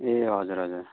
ए हजुर हजर